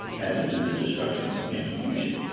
added to the destruction and confusion.